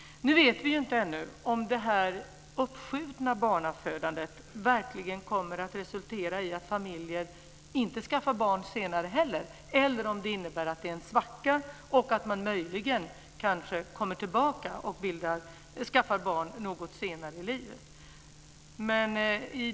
Nu vet vi ju inte ännu om det uppskjutna barnafödandet verkligen kommer att resultera i att familjer inte heller skaffar barn senare eller om det innebär att det är en svacka och att man möjligen skaffar barn något senare i livet.